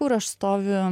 kur aš stoviu